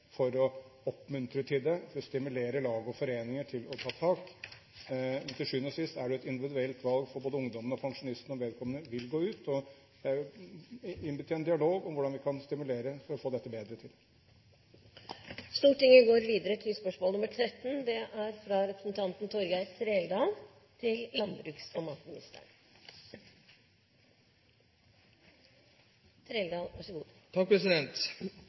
for og oppmuntre til det, og ved å stimulere lag og foreninger til å ta tak. Men til sjuende og sist er det et individuelt valg for både ungdommen og pensjonisten om vedkommende vil gå ut. Jeg vil innby til en dialog om hvordan vi kan stimulere for å få dette bedre til.